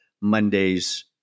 Monday's